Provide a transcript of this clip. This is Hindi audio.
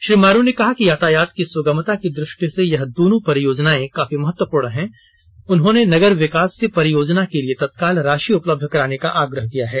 श्री मारू ने कहा कि यातायात की सुगमता की दृष्टि से यह दोनों परियोजना काफी महत्वपूर्ण हैं उन्होंने नगर विकास से परियोजना के लिए तत्काल राशि उपलब्ध कराने का आग्रह किया है